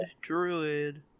Druid